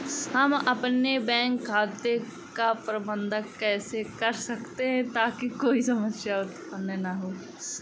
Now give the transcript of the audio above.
हम अपने बैंक खाते का प्रबंधन कैसे कर सकते हैं ताकि कोई समस्या उत्पन्न न हो?